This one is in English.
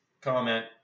comment